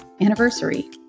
anniversary